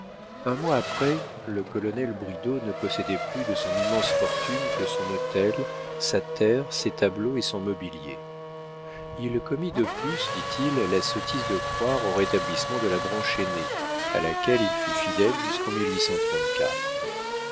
un mois après le colonel bridau ne possédait plus de son immense fortune que son hôtel sa terre ses tableaux et son mobilier il commit de plus dit-il la sottise de croire au rétablissement de la branche aînée à laquelle il fut fidèle jusqu'en